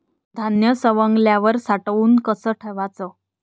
धान्य सवंगल्यावर साठवून कस ठेवाच?